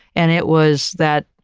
and it was that,